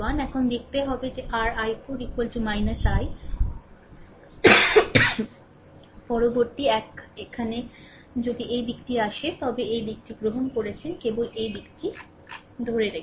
এখন দেখতে হবে যে r i4 I পরবর্তী এক এখানে যদি এই দিকটি আসে তবে এই দিকটি গ্রহণ করেছেন কেবল এই দিকটি ধরে রেখেছেন